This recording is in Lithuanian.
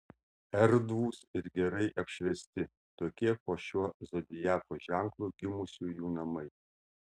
erdvūs ir gerai apšviesti tokie po šiuo zodiako ženklu gimusiųjų namai